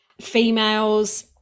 females